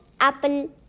apple